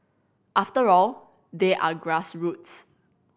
after all they are grassroots